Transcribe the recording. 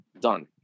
done